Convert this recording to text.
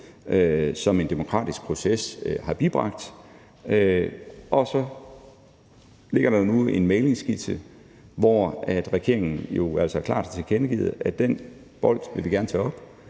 som en demokratisk proces har bibragt, og så ligger der nu en mæglingsskitse, hvor regeringen jo altså klart har tilkendegivet, at den bold vil vi gerne tage op